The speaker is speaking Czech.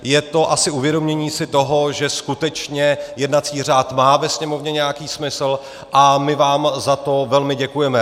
Je to asi uvědomění si toho, že skutečně jednací řád má ve Sněmovně nějaký smysl, a my vám za to velmi děkujeme.